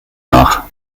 nach